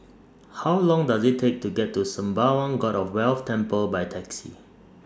How Long Does IT Take to get to Sembawang God of Wealth Temple By Taxi